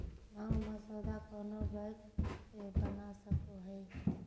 मांग मसौदा कोनो बैंक से बना सको हइ